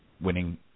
winning